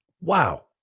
Wow